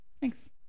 thanks